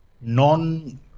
non